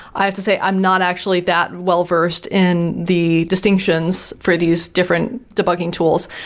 i have to say, i am not actually that well-versed in the distinctions for these different debugging tools,